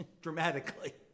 dramatically